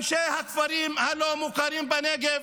אנשי הכפרים הלא-מוכרים בנגב,